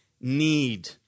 need